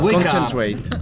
Concentrate